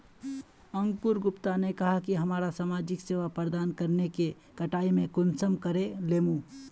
अंकूर गुप्ता ने कहाँ की हमरा समाजिक सेवा प्रदान करने के कटाई में कुंसम करे लेमु?